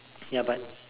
ya but